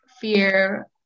fear